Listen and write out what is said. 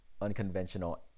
unconventional